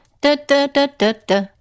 da-da-da-da-da